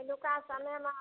पहिलुका समयमे